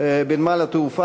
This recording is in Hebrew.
בנמל-התעופה